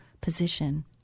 position